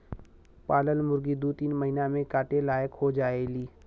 पालल मुरगी दू तीन महिना में काटे लायक हो जायेली